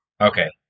Okay